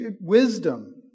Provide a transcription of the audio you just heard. wisdom